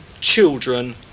children